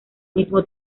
mismo